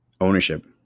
Ownership